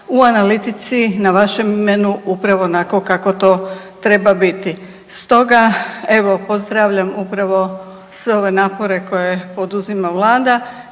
u analitici na vašem imenu upravo onako kako to treba biti. Stoga, evo pozdravljam upravo sve ove napore koje poduzima vlada